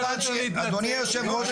אדוני היושב-ראש,